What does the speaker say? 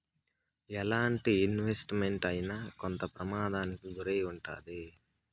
ఎలాంటి investment అయినా కొంత ప్రమాదానికి గురై ఉంటాది